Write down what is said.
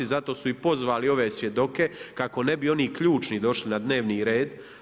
Zato su i pozvali ove svjedoke kako ne bi oni ključni došli na dnevni red.